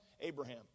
Abraham